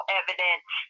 evidence